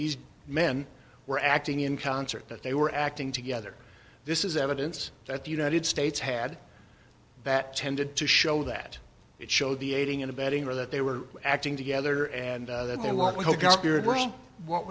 these men were acting in concert that they were acting together this is evidence that the united states had that tended to show that it showed the aiding and abetting or that they were acting together and